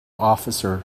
officer